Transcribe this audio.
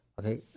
okay